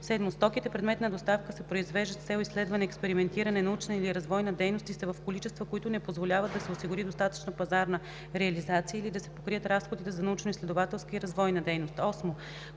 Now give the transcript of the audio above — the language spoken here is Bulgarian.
11; 7. стоките – предмет на доставка, се произвеждат с цел изследване, експериментиране, научна или развойна дейност и са в количества, които не позволяват да се осигури достатъчна пазарна реализация или да се покрият разходите за научноизследователска и развойна дейност;